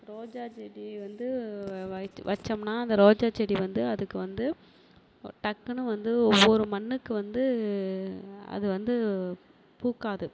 ரோஜா செடி வந்து வச் வச்சோம்ன்னா அந்த ரோஜா செடி வந்து அதுக்கு வந்து டக்குன்னு வந்து ஒவ்வொரு மண்ணுக்கு வந்து அது வந்து பூக்காது